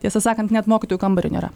tiesą sakant net mokytojų kambario nėra